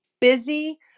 busy